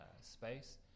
space